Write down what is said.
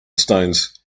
stones